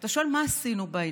אתה שואל: מה עשינו בעניין?